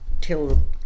till